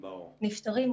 נפטרים,